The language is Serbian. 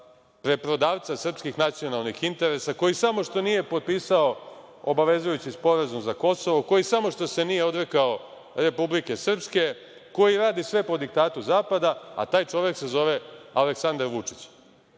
preprodavca srpskih nacionalnih interesa, koji samo što nije potpisao obavezujući sporazum za Kosovo, koji samo što se nije odrekao Republike Srpske, koji radi sve po diktatu Zapada, a taj čovek se zove Aleksandar Vučić.